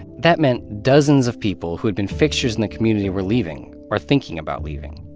that meant dozens of people who had been fixtures in the community were leaving or thinking about leaving.